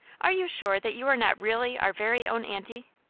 are you sure that you are not really our very own aunty?